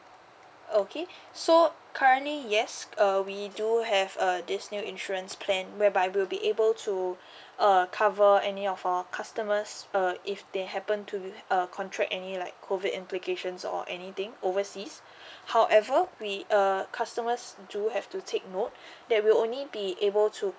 okay so currently yes uh we do have err this new insurance plan whereby we'll be able to err cover any of our customers uh if they happen to be uh contract any like COVID implications or anything overseas however we uh customers do have to take note that we'll only be able to